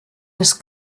des